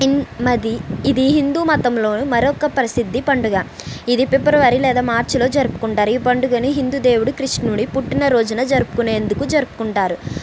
అది ఇది హిందు మతంలో మరొక ప్రసిద్ధి పండుగ ఇది ఫిబ్రవరి లేదా మార్చిలో జరుపుకుంటారు ఈ పండుగను హిందు దేవుడు కృష్ణుడి పుట్టిన రోజున జరుపుకునేందుకు జరుపుకుంటారు